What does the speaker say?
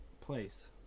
place